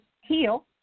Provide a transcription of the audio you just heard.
heal